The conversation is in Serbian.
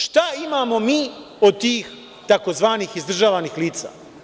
Šta imamo mi od tih tzv. izdržavanih lica?